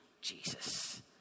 Jesus